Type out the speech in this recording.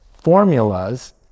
formulas